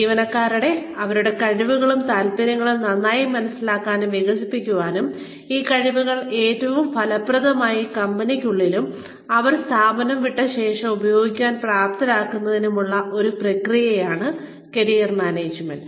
ജീവനക്കാരെ അവരുടെ കഴിവുകളും താൽപ്പര്യങ്ങളും നന്നായി മനസ്സിലാക്കാനും വികസിപ്പിക്കാനും ഈ കഴിവുകൾ ഏറ്റവും ഫലപ്രദമായി കമ്പനിക്കുള്ളിലും അവർ സ്ഥാപനം വിട്ട ശേഷവും ഉപയോഗിക്കാൻ പ്രാപ്തരാക്കുന്നതിനും ഉള്ള ഒരു പ്രക്രിയയാണ് കരിയർ മാനേജ്മെന്റ്